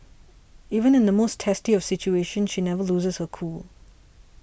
even in the most testy of situations she never loses her cool